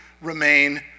remain